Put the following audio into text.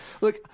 Look